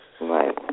Right